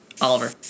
Oliver